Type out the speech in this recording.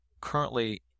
Currently